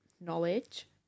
knowledge